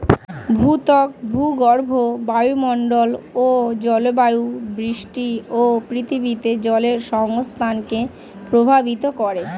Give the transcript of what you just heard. ভূত্বক, ভূগর্ভ, বায়ুমন্ডল ও জলবায়ু বৃষ্টি ও পৃথিবীতে জলের সংস্থানকে প্রভাবিত করে